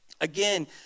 Again